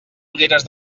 ulleres